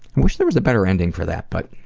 wish there was a better ending for that but